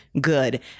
good